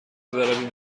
برویم